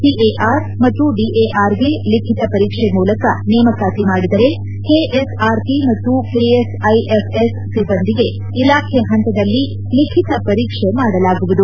CAR ಮತ್ತು ಡಿಎಆರ್ಗೆ ಲಿಖಿತ ಪರೀಕ್ಷೆ ಮೂಲಕ ನೇಮಕಾತಿ ಮಾಡಿದರೆ ಕೆಎಸ್ಆರ್ಪಿ ಮತ್ತು ಕೆಎಸ್ಐಎಫ್ಎಸ್ ಸಿಬ್ಬಂದಿಗೆ ಇಲಾಖೆ ಪಂತದಲ್ಲಿ ಲಿಖಿತ ಪರೀಕ್ಷೆ ಮಾಡಲಾಗುವುದು